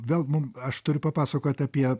gal mums aš turiu papasakoti apie